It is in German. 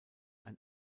ein